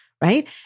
right